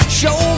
show